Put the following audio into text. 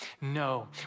No